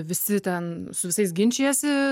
visi ten su visais ginčijiesi